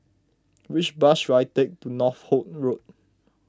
which bus should I take to Northolt Road